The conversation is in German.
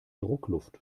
druckluft